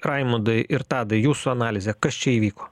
raimundai ir tadai jūsų analizė kas čia įvyko